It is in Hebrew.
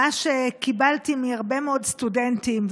ממה שקיבלתי מהרבה מאוד סטודנטים,